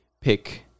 pick